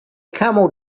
camel